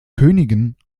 königen